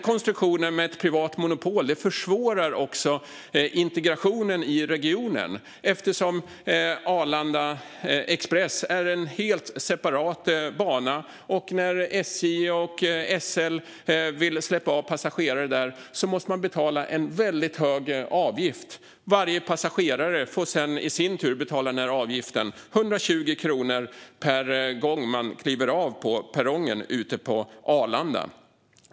Konstruktionen med ett privat monopol försvårar också integrationen i regionen eftersom Arlanda Express är en helt separat bana, och när SJ och SL vill släppa av passagerare där måste man betala en väldigt hög avgift. Varje passagerare får sedan i sin tur betala denna avgift - 120 kronor per gång man kliver av på perrongen ute på Arlanda.